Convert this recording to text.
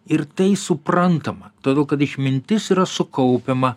ir tai suprantama todėl kad išmintis yra sukaupiama